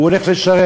הוא הולך לשרת.